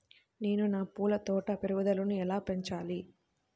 నేను నా పూల తోట పెరుగుదలను ఎలా పెంచాలి?